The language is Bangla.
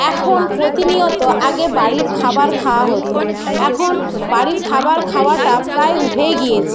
এখন প্রতিনিয়ত আগে বাড়ির খাবার খাওয়া হতো এখন বাড়ির খাবার খাওয়াটা প্রায় উঠেই গিয়েছে